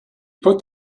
put